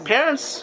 Parents